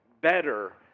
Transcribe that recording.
better